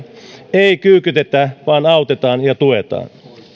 ei kyykytetä vaan autetaan ja tuetaan